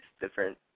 different